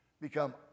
...become